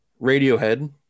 Radiohead